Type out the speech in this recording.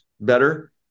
better